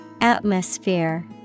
Atmosphere